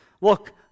Look